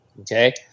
Okay